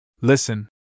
Listen